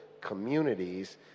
communities